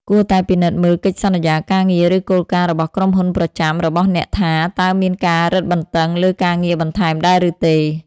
គួរតែពិនិត្យមើលកិច្ចសន្យាការងារ ឬគោលការណ៍របស់ក្រុមហ៊ុនប្រចាំរបស់អ្នកថា តើមានការរឹតបន្តឹងលើការងារបន្ថែមដែរឬទេ។